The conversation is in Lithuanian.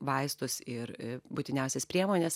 vaistus ir būtiniausias priemones